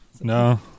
No